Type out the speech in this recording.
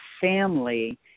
family